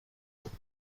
داریم